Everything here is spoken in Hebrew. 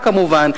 כמובן,